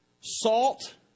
salt